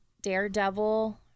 daredevil